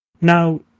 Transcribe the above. now